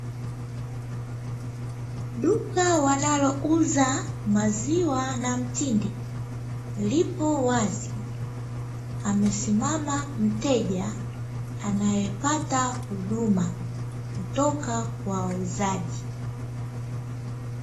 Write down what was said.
Duka wanalouza uza maziwa na mtindi lipo wazi, amesimama mteja anayepata huduma kutoka kwa wauzaji.